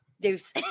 Deuce